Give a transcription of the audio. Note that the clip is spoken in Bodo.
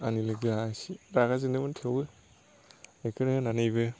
आंनि लोगोया इसे रागा जोंदोंमोन थेवबो बेखौनो होनानैबो